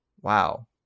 Wow